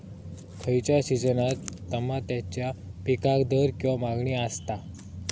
खयच्या सिजनात तमात्याच्या पीकाक दर किंवा मागणी आसता?